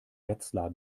wetzlar